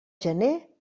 gener